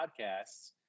podcasts